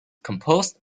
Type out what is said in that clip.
composed